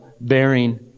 bearing